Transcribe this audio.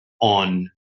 on